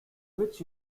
which